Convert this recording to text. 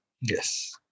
Yes